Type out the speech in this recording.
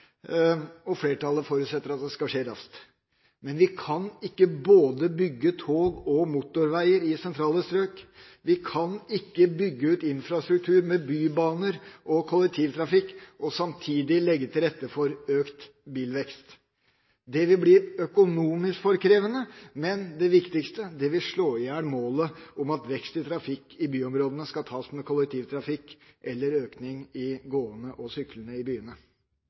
og flertallet forutsetter at det skal skje raskt. Men vi kan ikke både bygge tog og motorveier i sentrale strøk. Vi kan ikke bygge ut infrastruktur med bybaner og kollektivtrafikk og samtidig legge til rette for økt bilvekst. Det vil bli for krevende økonomisk, men det viktigste er at det vil slå i hjel målet om at vekst i trafikk i byområdene skal tas med kollektivtrafikk eller økning i gående og syklende.